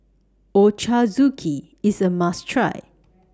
Ochazuke IS A must Try